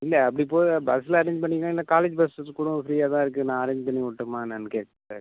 இல்லை அப்படி போய் பஸ்ஸுலாம் அரேஞ்ச் பண்ணிக்கலாம் இல்லைனா காலேஜ் பஸ்ஸு கூட ஃபிரியாக தான் இருக்குது நான் அரேஞ்ச் பண்ணி உடட்டுமா என்னான்னு கேக்கிறேன்